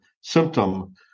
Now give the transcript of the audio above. symptom